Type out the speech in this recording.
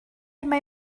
mai